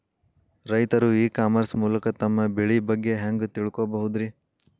ರೈತರು e commerce ಮೂಲಕ ತಮ್ಮ ಬೆಳಿ ಬಗ್ಗೆ ಹ್ಯಾಂಗ ತಿಳ್ಕೊಬಹುದ್ರೇ?